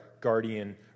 guardian